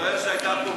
מתברר שהייתה פה גמרא.